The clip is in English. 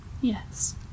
Yes